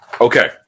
okay